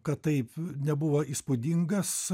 kad taip nebuvo įspūdingas